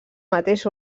mateix